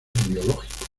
biológicos